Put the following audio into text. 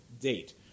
date